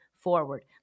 forward